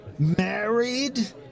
Married